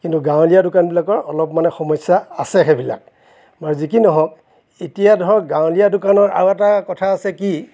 কিন্তু গাঁৱলীয়া দোকানবিলাকৰ অলপ মানে সমস্যা আছে সেইবিলাক বাৰু যি কি নহওক এতিয়া ধৰক গাঁৱলীয়া দোকানৰ আৰু এটা কথা আছে কি